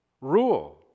rule